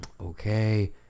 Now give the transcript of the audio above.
okay